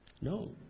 No